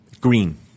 Green